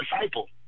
disciple